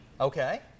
Okay